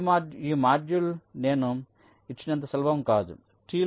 1 ఈ షెడ్యూల్ నేను చెప్పినంత సులభం కాదుT లోకి 0